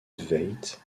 veit